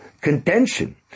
contention